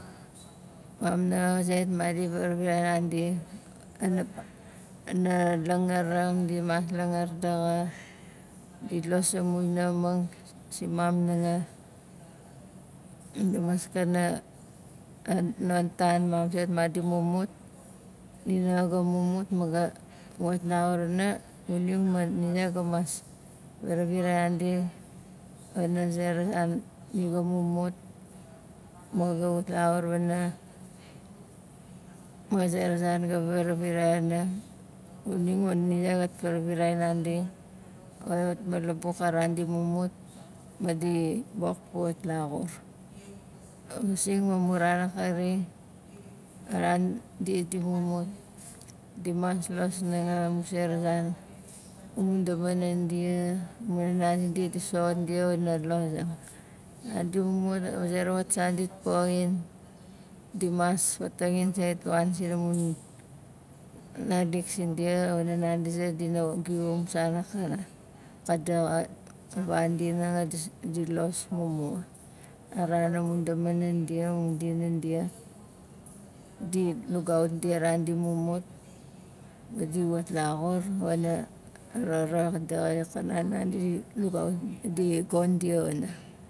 Mam nanga zait madi varavirai nandi xa na langarang dimas langar daxa di los amu inaxamang simam nanga la maskana non tan mam sait madi mumut nia nhanga ga mumut ma ga wat laxur wana xuning ma ni zait ga mas varavirai nandi pana zera zan ni ga mumut mo ga wat laxur wana ma zera zan ga varavirai wana xuning ma ni zait gat varavirai nandi wana matmalabuk a ran di mumut ma di bok puat laxur masing ma mun ran akari a ran dia di mumut dimas los nanga amu sera zan amun damanan dia ma nana zindia di soxot dia wana lozang a ran di mumut a zera wat san dit poxin dimas fatangin sait ka wan sinamun fnalik sindia wana nandi zait di na wa giu amu san akanan ka daxa di los mumua a ran amu damanan dia mun dinan dia di lugaut dia a ran di mumut ma di wat laxur wana roro xa daxa lugaut di gon dia wana